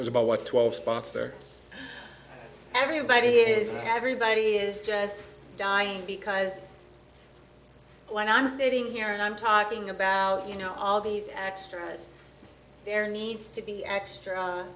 is about what twelve spots everybody is everybody is just dying because when i'm sitting here and i'm talking about you know all these extras there needs to be extra